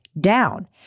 down